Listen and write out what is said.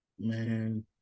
man